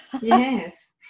yes